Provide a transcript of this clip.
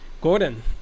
Gordon